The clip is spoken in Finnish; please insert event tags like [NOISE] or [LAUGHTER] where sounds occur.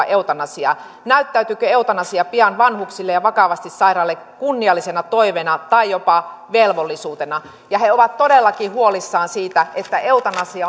[UNINTELLIGIBLE] eutanasiaa näyttäytyykö eutanasia pian vanhuksille ja vakavasti sairaille kunniallisena toiveena tai jopa velvollisuutena he ovat todellakin huolissaan siitä että eutanasia [UNINTELLIGIBLE]